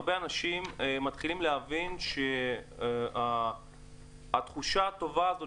הרבה אנשים מתחילים להבין שהתחושה הטובה הזאת